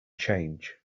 change